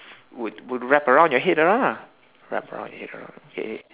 would would wrap around your head around ah wrap around your head around okay